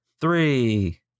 three